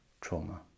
trauma